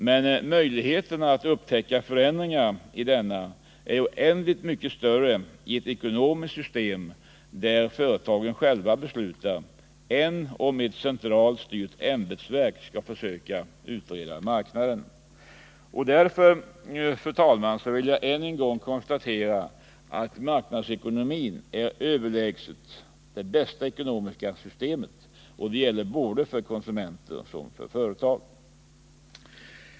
Men möjligheterna att upptäcka förändringar i marknaden är oändligt mycket större i ett ekonomiskt system, där företagen själva beslutar, än om ett centralt styrt ämbetsverk skall försöka utreda marknaden. Därför vill jag än en gång konstatera att marknadsekonomin är det överlägset bästa ekonomiska systemet för såväl konsumenter som företag.